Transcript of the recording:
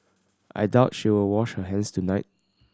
I doubt she will wash her hands tonight